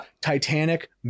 Titanic